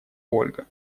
ольга